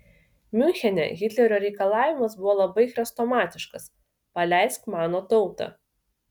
miunchene hitlerio reikalavimas buvo labai chrestomatiškas paleisk mano tautą